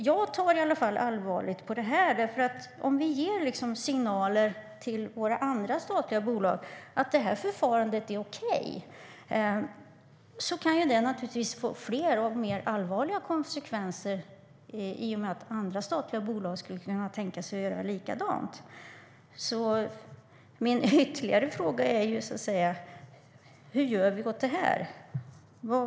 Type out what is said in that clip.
Jag tar i alla fall allvarligt på detta, för om vi ger signaler till våra andra statliga bolag om att det här förfarandet är okej kan det naturligtvis få fler och mer allvarliga konsekvenser i och med att andra statliga bolag skulle kunna tänka sig att göra likadant. Mina ytterligare frågor är därför: Vad gör vi åt det här?